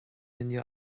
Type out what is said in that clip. inniu